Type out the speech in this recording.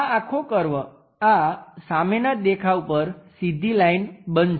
આ આખો કર્વ આ સામેના દેખાવ પર સીધી લાઈન બનશે